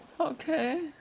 Okay